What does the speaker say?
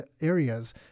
areas